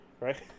right